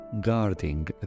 guarding